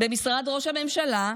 ובמשרד ראש הממשלה?